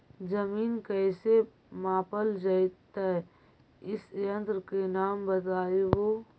जमीन कैसे मापल जयतय इस यन्त्र के नाम बतयबु?